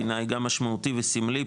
בעיני גם משמעותי וסמלי,